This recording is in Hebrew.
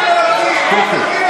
שקט.